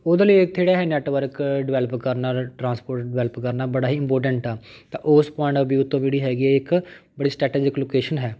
ਉਹਦੇ ਲਈ ਇੱਥੇ ਜਿਹੜਾ ਹੈ ਨੈੱਟਵਰਕ ਡਿਵੈਲਪ ਕਰਨਾ ਟਰਾਂਸਪੋਰਟ ਡਿਵੈਲਪ ਕਰਨਾ ਬੜਾ ਹੀ ਇੰਪੋਰਟੈਂਟ ਆ ਤਾਂ ਉਸ ਪੁਆਇੰਟ ਆੱਫ਼ ਵਿਊ ਤੋਂ ਵੀ ਜਿਹੜੀ ਹੈਗੀ ਆ ਇਹ ਇੱਕ ਬੜੀ ਸਟਰੈਟਜਿਕ ਲੋਕੇਸ਼ਨ ਹੈ